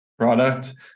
Product